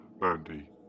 Mandy